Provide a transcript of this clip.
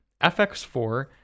FX4